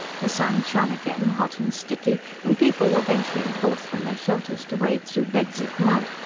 the sun shone again, hot and sticky, and people were venturing forth from their shelters to wade through beds of mud,